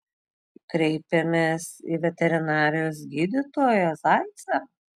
kreipėmės į veterinarijos gydytoją zaicą